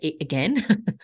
again